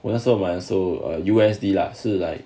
我那时候买的时候 err U_S_D lah 是 like